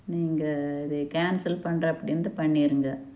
நீங்கள் அது கேன்சல் பண்ணுற அப்படி இருந்தால் பண்ணிடுங்க